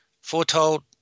foretold